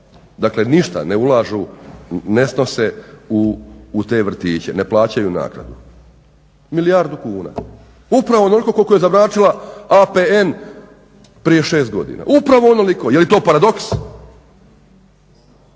dakle ništa ne ulažu, ne snose u te vrtiće, ne plaćaju naknadu. Milijardu kuna. Upravo onoliko koliko je zamračila APN prije šest godina, upravo onoliko. Je li to paradoks?